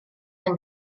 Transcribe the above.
yng